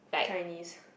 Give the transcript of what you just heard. Chinese